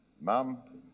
mum